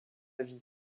vie